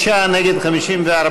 בעד, 46, נגד, 54,